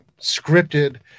scripted